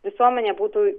visuomenė būtų